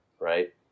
Right